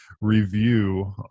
review